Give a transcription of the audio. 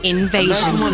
Invasion